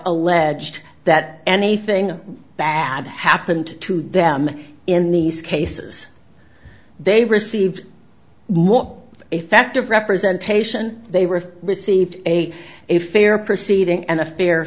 alleged that anything bad happened to them in these cases they received more effective representation they were received a a fair proceeding and a fair